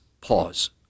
pause